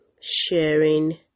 sharing